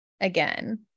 again